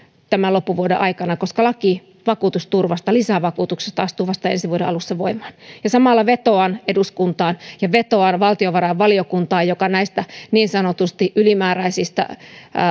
tämän loppuvuoden aikana koska laki vakuutusturvasta lisävakuutuksesta astuu vasta ensi vuoden alussa voimaan samalla vetoan eduskuntaan ja vetoan valtiovarainvaliokuntaan joka päättää näistä niin sanotusti ylimääräisistä